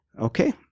Okay